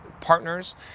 Partners